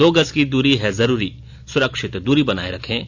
दो गज की दूरी है जरूरी सुरक्षित दूरी बनाए रखें